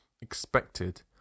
Expected